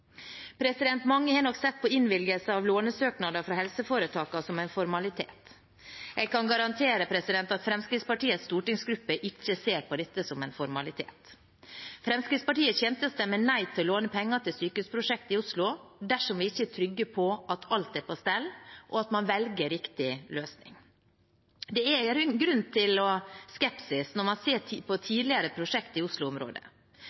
Mange har nok sett på innvilgelse av lånesøknader fra helseforetakene som en formalitet. Jeg kan garantere at Fremskrittspartiets stortingsgruppe ikke ser på dette som en formalitet. Fremskrittspartiet kommer til å stemme nei til å låne penger til sykehusprosjekt i Oslo dersom vi ikke er trygge på at alt er på stell, og at man velger riktig løsning. Det er grunn til skepsis når man ser på